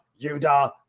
Yuda